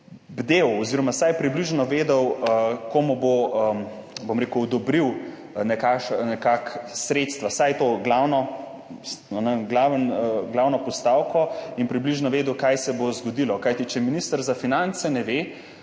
bdel oziroma vsaj približno vedel, komu bo, bom rekel, odobril sredstva, vsaj to glavno postavko, in je približno vedel, kaj se bo zgodilo. Kajti če minister za finance ne ve,